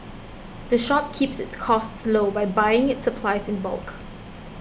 the shop keeps its costs low by buying its supplies in bulk